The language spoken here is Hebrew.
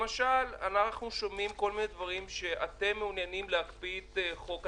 אנחנו למשל שומעים שאתם מעוניינים להקפיא את חוק התעופה,